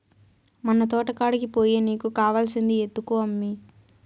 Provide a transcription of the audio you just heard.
మన తోటకాడికి పోయి నీకు కావాల్సింది ఎత్తుకో అమ్మీ